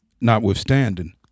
notwithstanding